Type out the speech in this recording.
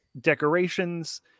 decorations